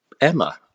Emma